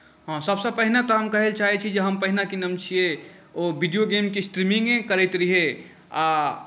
हँ सबसँ पहिने तऽ हम कहैलए चाहै छी जे हम पहिने कि नाम छिए ओ विडिओ गेमके स्ट्रिमिङ्गे करैत रहिए आओर